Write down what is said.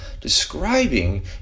describing